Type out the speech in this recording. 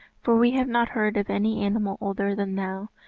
for we have not heard of any animal older than thou.